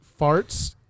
farts